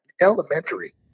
elementary